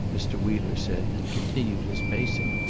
mr. wheeler said, and continued his pacing.